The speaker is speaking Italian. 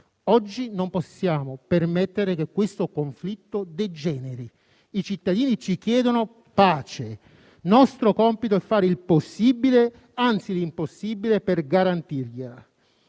Oggi non possiamo permettere che questo conflitto degeneri; i cittadini ci chiedono pace. Nostro compito è fare il possibile, anzi l'impossibile, per garantirgliela.